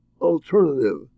alternative